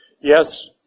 Yes